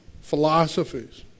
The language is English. philosophies